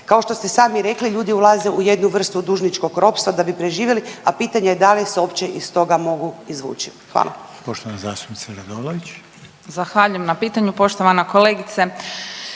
Kao što ste i sami rekli ljudi ulaze u jednu vrstu dužničkog ropstva da bi preživjeli, a pitanje je da li se uopće iz toga mogu izvući. Hvala. **Reiner, Željko (HDZ)** Poštovana zastupnica